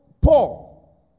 Paul